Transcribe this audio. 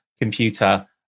computer